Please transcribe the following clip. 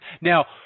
Now